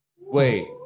Wait